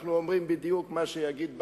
אנחנו אומרים בדיוק מה שיגיד ברק,